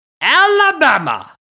Alabama